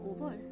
over